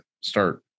start